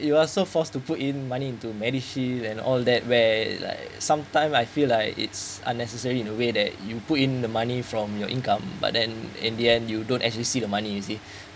you also forced to put in money into medishield and all that where like sometime I feel like it's unnecessary in a way that you put in the money from your income but then in the end you don't actually see the money you see